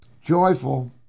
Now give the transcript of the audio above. joyful